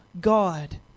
God